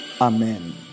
Amen